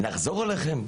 נחזור אליכם?